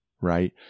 Right